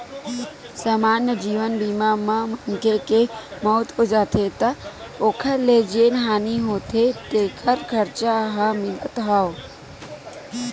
समान्य जीवन बीमा म मनखे के मउत हो जाथे त ओखर ले जेन हानि होथे तेखर खरचा ह मिलथ हव